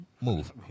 Move